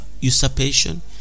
usurpation